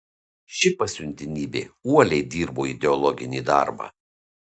ši pasiuntinybė uoliai dirbo ideologinį darbą